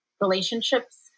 relationships